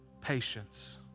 patience